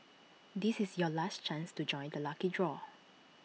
this is your last chance to join the lucky draw